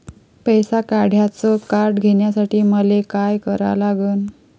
पैसा काढ्याचं कार्ड घेण्यासाठी मले काय करा लागन?